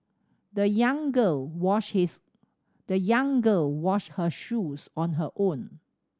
the young girl washed his the young girl washed her shoes on her own